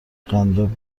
قنداب